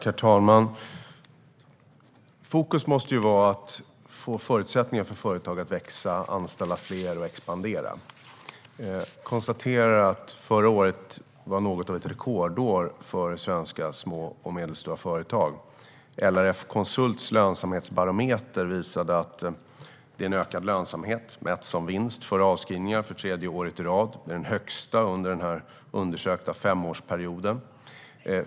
Herr talman! Fokus måste vara att ge förutsättningar för företag att växa, anställa fler och expandera. Jag konstaterar att förra året var något av ett rekordår för små och medelstora företag i Sverige. LRF Konsults lönsamhetsbarometer visar en ökad lönsamhet mätt som vinsten före avskrivningar för tredje året i rad. Det är den högsta lönsamheten under den undersökta femårsperioden.